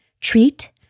treat